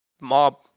mob